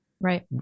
right